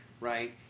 right